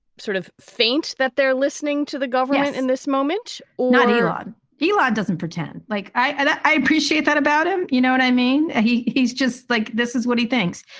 sort of faint that they're listening to the government in this moment or not iran eli doesn't pretend like i appreciate that about him. you know what i mean? he he's just like. this is what he thinks.